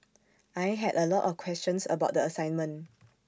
I had A lot of questions about the assignment